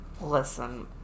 Listen